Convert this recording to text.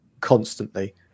constantly